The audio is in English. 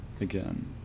again